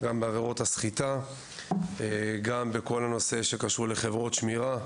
בנוגע לעבירות סחיטה ובכל הנוגע לחברות שמירה.